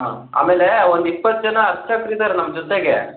ಹಾಂ ಆಮೇಲೆ ಒಂದು ಇಪ್ಪತ್ತು ಜನ ಅರ್ಚಕ್ರು ಇದ್ದಾರೆ ನಮ್ಮ ಜೊತೆಗೆ